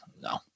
no